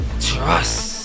trust